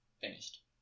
Finished